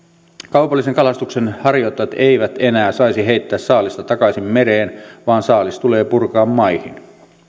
kaupallisen kalastuksen harjoittajat eivät enää saisi heittää saalista takaisin mereen vaan saalis tulee purkaa maihin